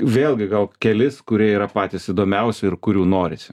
vėlgi gal kelis kurie yra patys įdomiausi ir kurių norisi